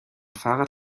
fahrrad